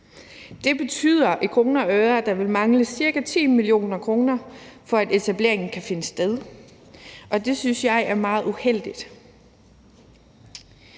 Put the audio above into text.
og øre, at der vil mangle ca. 10 mio. kr., for at etableringen kan finde sted, og det synes jeg er meget uheldigt.